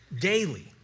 Daily